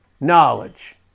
knowledge